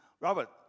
Robert